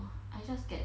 I just get